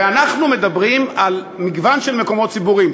ואנחנו מדברים על מגוון של מקומות ציבוריים,